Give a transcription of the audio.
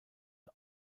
mit